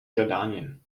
jordanien